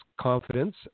confidence